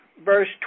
Verse